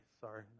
Sorry